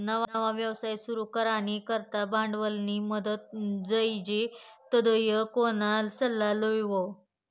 नवा व्यवसाय सुरू करानी करता भांडवलनी मदत जोइजे तधय कोणा सल्ला लेवो